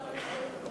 נתקבלה.